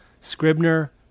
Scribner